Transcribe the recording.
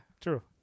true